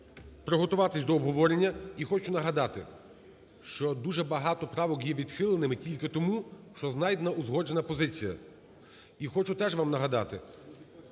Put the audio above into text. приготуватись до обговорення. І хочу нагадати, що дуже багато правок є відхиленими тільки тому, що знайдена узгоджена позиція. І хочу теж вам нагадати,